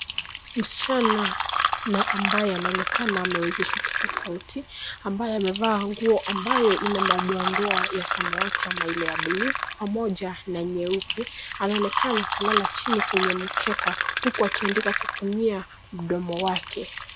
Msichana na ambaya anaonekana amewezeshwa kitofauti ambaye amevaa nguo ambayo ina madoadoa ya samawati ama ile ya buluu pamoja na nyeupe anaonekana kalala chini kwenye mkeka huku akiandika kutumia mdomo wake.